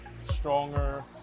stronger